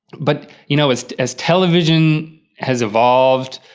but, you know, as as television has evolved,